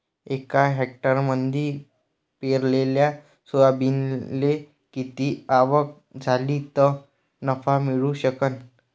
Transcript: एका हेक्टरमंदी पेरलेल्या सोयाबीनले किती आवक झाली तं नफा मिळू शकन?